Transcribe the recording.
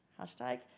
hashtag